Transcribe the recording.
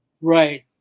Right